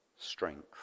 strength